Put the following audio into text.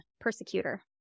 Persecutor